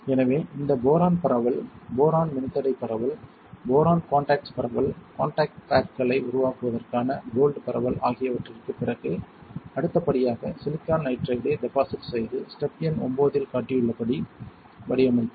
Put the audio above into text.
எனவே இந்த போரான் பரவல் போரான் மின்தடை பரவல் போரான் காண்டாக்ட்ஸ் பரவல் காண்டாக்ட் பேட்களை உருவாக்குவதற்கான கோல்ட் பரவல் ஆகியவற்றிற்குப் பிறகு அடுத்த படியாக சிலிக்கான் நைட்ரைடை டெபாசிட் செய்து ஸ்டெப் எண் 9 இல் காட்டப்பட்டுள்ளபடி வடிவமைத்தல்